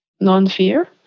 non-fear